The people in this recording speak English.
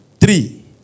Three